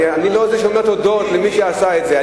אני לא זה שאומר תודות למי שעשה את זה.